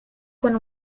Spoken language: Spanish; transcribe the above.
con